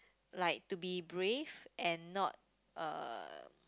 like to be brave and not uh